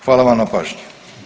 Hvala vam na pažnji.